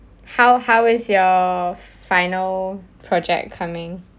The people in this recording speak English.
how how is your final project coming